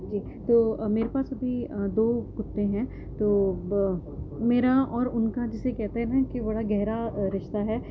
جی تو میرے پاس ابھی دو کتے ہیں تو میرا اور ان کا جسے کہتے ہیں کہ بڑا گہرا رشتہ ہے